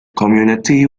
community